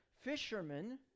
fishermen